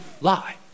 lie